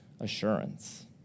assurance